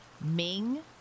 Ming